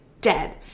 dead